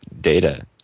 data